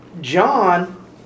John